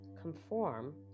conform